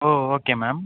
O okay ma'am